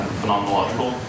phenomenological